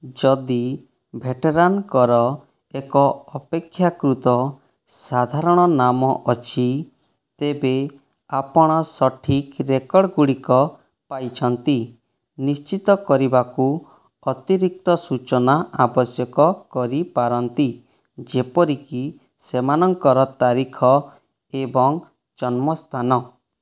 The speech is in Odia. ଯଦି ଭେଟେରାନ୍ଙ୍କର ଏକ ଅପେକ୍ଷାକୃତ ସାଧାରଣ ନାମ ଅଛି ତେବେ ଆପଣ ସଠିକ୍ ରେକର୍ଡ଼୍ ଗୁଡ଼ିକ ପାଇଛନ୍ତି ନିଶ୍ଚିତ କରିବାକୁ ଅତିରିକ୍ତ ସୂଚନା ଆବଶ୍ୟକ କରିପାରନ୍ତି ଯେପରିକି ସେମାନଙ୍କର ତାରିଖ ଏବଂ ଜନ୍ମ ସ୍ଥାନ